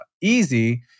easy